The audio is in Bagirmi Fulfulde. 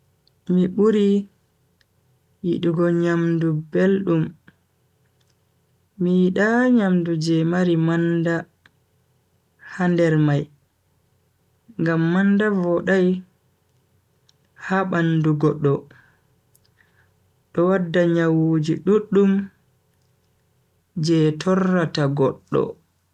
Mi buri yidugo nyamdu beldum mi yida nyamdu je mari manda ha nder mai ngam manda vodai ha bandu goddo do wadda nyawuji duddum je torrata goddo.